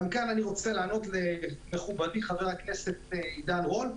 גם כאן אני רוצה לענות למכובדי חבר הכנסת עידן רול,